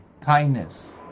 kindness